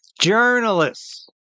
journalists